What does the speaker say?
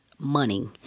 money